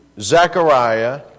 Zechariah